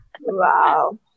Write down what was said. wow